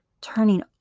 turning